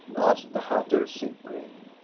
asked the hatter, simpering.